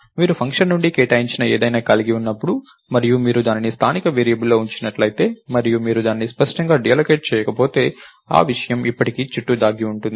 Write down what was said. మీరు ఫంక్షన్ నుండి కేటాయించిన ఏదైనా కలిగి ఉన్నప్పుడు మరియు మీరు దానిని స్థానిక వేరియబుల్లో ఉంచినట్లయితే మరియు మీరు దానిని స్పష్టంగా డీఅల్లోకేట్ చేయకపోతే ఆ విషయం ఇప్పటికీ చుట్టూ దాగి ఉంటుంది